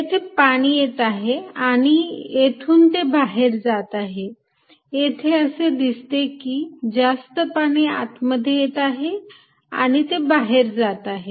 येथे पाणी येत आहे आणि येथून ते बाहेर जात आहे येथे असे दिसते की जास्त पाणी आत मध्ये येत आहे आणि ते बाहेर जात आहे